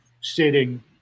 sitting